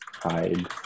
hide